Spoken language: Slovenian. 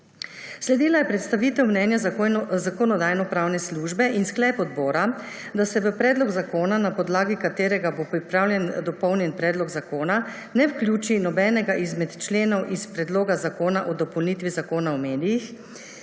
Sledila je predstavitev mnenja Zakonodajno-pravne službe in sklep odbora, da se v predlog zakona, na podlagi katerega bo pripravljen dopolnjeni predlog zakona, ne vključi nobenega izmed členov iz Predloga zakona o dopolnitvi Zakona o medijih,